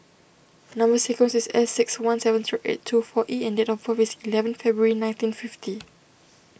Number Sequence is S six one seven zero eight two four E and date of birth is eleven February nineteen fifty